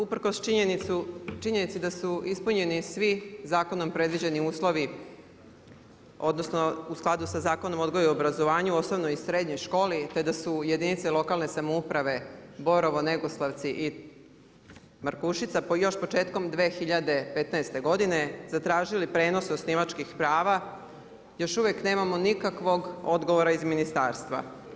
Uprkos činjenici da su ispunjeni svi zakonom predviđeni uslovi, odnosno u skladu sa Zakonom o odgoju i obrazovanju, osnovnoj i srednjoj školi, te da su jedinice lokalne samouprave Borovo, Negoslavci i Markušica još početkom 2015. godine zatražili prijenos osnivačkih prava još uvek nemamo nikakvog odgovora iz ministarstva.